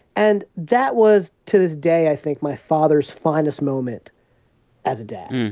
and that was, to this day, i think my father's finest moment as a dad